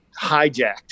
hijacked